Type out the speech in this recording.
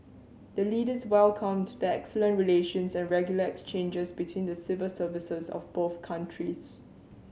the Leaders welcomed the excellent relations and regular exchanges between the civil services of both countries